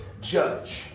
judge